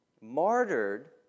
martyred